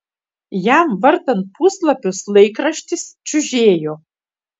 jam vartant puslapius laikraštis čiužėjo